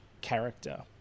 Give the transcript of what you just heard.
character